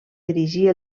dirigir